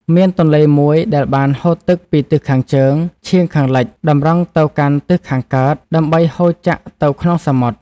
មានទន្លេមួយដែលបានហូរទឹកពីទិសខាងជើង ឆៀងខាងលិច តម្រង់ទៅកាន់ទិសខាងកើត ដើម្បីហូរចាក់ទៅក្នុងសមុទ្រ ។